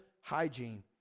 hygiene